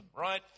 right